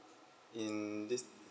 in this